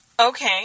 Okay